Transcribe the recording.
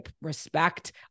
respect